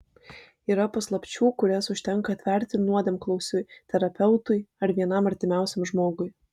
yra paslapčių kurias užtenka atverti nuodėmklausiui terapeutui ar vienam artimiausiam žmogui